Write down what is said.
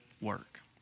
work